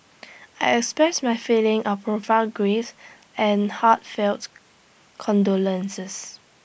I express my feeling of profound grief and heartfelt condolences